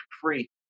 free